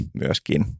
myöskin